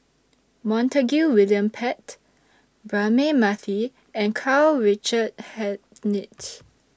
Montague William Pett Braema Mathi and Karl Richard Hanitsch